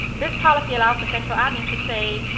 this policy allows the central admin to say,